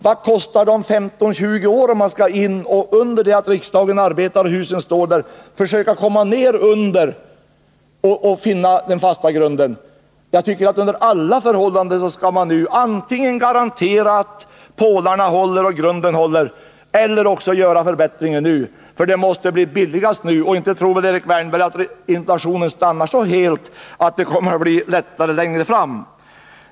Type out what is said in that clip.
Vad kostar det om 15-20 år, om man — när huset står där och riksdagen arbetar — skall försöka komma ned under och finna den fasta grunden? Jag tycker att man under alla förhållanden antingen skall garantera att pålarna och grunden håller eller också göra förbättringen nu, för det måste bli billigast. Och inte tror väl Erik Wärnberg att inflationen stannar så helt att det kommer att bli lättnader längre fram?